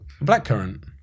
Blackcurrant